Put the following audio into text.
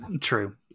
true